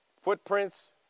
footprints